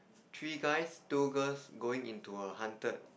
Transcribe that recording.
three guys two girls going into a haunted